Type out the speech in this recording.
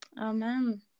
Amen